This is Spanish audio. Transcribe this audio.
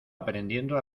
aprendiendo